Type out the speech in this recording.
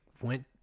went